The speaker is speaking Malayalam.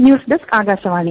news desk Akashvani